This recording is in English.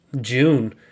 June